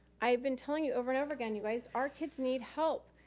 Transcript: i have been telling you over and over again, you guys, our kids need help.